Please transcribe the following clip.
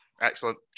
Excellent